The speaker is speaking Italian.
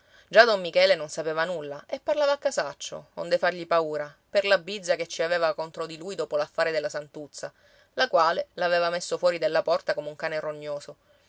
già don michele non sapeva nulla e parlava a casaccio onde fargli paura per la bizza che ci aveva contro di lui dopo l'affare della santuzza la quale l'aveva messo fuori della porta come un cane rognoso